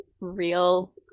real